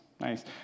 Nice